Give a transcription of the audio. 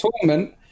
tournament